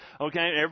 Okay